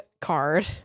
card